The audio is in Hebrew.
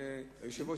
ואדוני היושב-ראש,